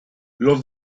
los